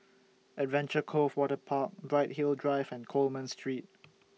Adventure Cove Waterpark Bright Hill Drive and Coleman Street